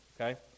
okay